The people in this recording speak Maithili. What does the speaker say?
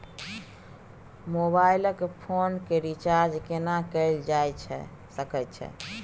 मोबाइल फोन के रिचार्ज केना कैल जा सकै छै?